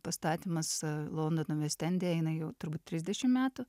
pastatymas londono mieste endeinai jau turbūt trisdešimt metų